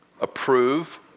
approve